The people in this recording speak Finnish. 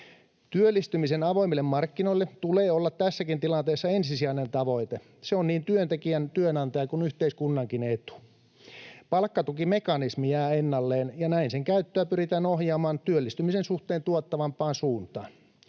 Työllistymisen avoimille markkinoille tulee olla tässäkin tilanteessa ensisijainen tavoite. Se on niin työntekijän, työnantajan kuin yhteiskunnankin etu. Palkkatukimekanismi jää ennalleen, ja näin sen käyttöä pyritään ohjaamaan työllistymisen suhteen tuottavampaan suuntaan.